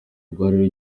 rwari